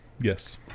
Yes